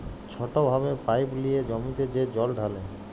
ছট ভাবে পাইপ লিঁয়ে জমিতে যে জল ঢালে